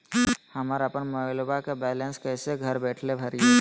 हमरा अपन मोबाइलबा के बैलेंस कैसे घर बैठल भरिए?